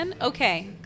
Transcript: Okay